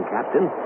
Captain